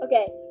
Okay